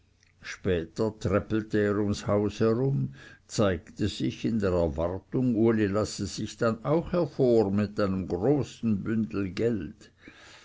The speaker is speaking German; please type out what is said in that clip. später träppelte er ums haus herum zeigte sich in der erwartung uli lasse sich dann auch hervor mit einem großen bündel geld